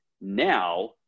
now